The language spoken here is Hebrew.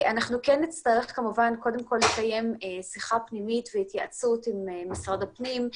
אנחנו כן נצטרך קודם כל לקיים שיחה פנימית והתייעצות עם משרד הפנים,